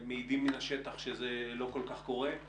מעידים מן השטח שזה לא כל כך קורה.